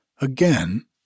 again